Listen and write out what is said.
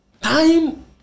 time